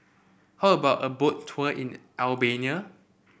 how about a Boat Tour in Albania